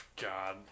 God